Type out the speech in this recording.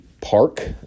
park